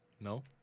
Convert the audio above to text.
No